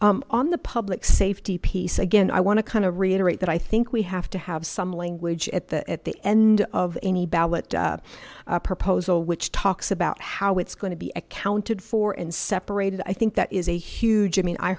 paul on the public safety piece again i want to kind of reiterate that i think we have to have some language at the at the end of any ballot proposal which talks about how it's going to be accounted for and separated i think that is a huge i mean i